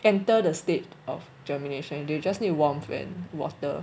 enter the state of germination and they just need warmth and water